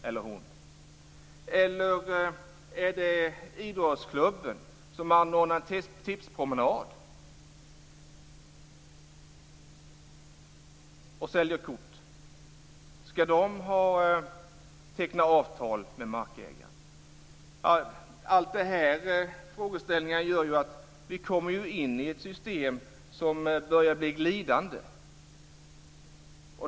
Eller är det idrottsklubben som anordnar tipspromenad och säljer kort som ska teckna avtal med markägarna? Alla de här frågeställningarna gör att vi kommer in i ett system som börjar bli glidande.